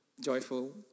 joyful